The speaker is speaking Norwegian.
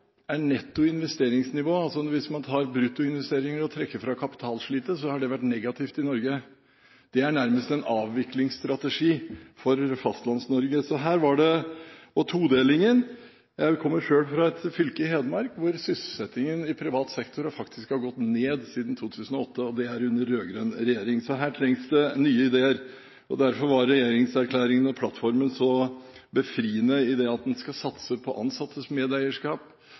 har netto investeringsnivå, altså hvis man tar bruttoinvesteringer og trekker fra kapitalslitet, vært negativt i industri i Norge. Det er nærmest en avviklingsstrategi for Fastlands-Norge. Og todelingen: Jeg kommer selv fra et fylke, Hedmark, hvor sysselsettingen i privat sektor faktisk har gått ned siden 2008, og det er under rød-grønn regjering. Så her trengs det nye ideer. Derfor var regjeringserklæringen og plattformen så befriende i det at man skal satse på ansattes medeierskap.